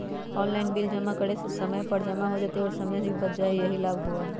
Online bill जमा करे से समय पर जमा हो जतई और समय भी बच जाहई यही लाभ होहई?